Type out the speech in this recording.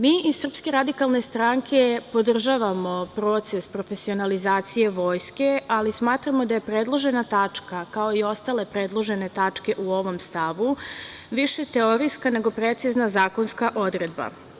Mi iz SRS podržavamo proces profesionalizacije Vojske ali smatramo da je predložena tačka kao i ostale predložene tačke u ovom stavu, više teorijska nego precizna zakonska odredba.